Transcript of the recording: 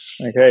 Okay